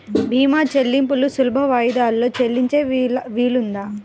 భీమా చెల్లింపులు సులభ వాయిదాలలో చెల్లించే వీలుందా?